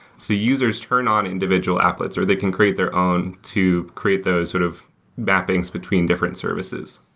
so users turn on individual applets or they can create their own to create those sort of mappings between different services.